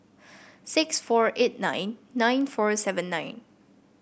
six four eight nine nine four seven nine